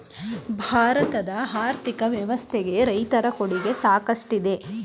ಭಾರತದ ಆರ್ಥಿಕ ವ್ಯವಸ್ಥೆಗೆ ರೈತರ ಕೊಡುಗೆ ಸಾಕಷ್ಟಿದೆ